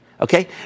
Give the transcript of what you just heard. Okay